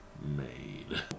made